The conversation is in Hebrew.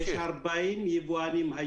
ארבעים יבואנים.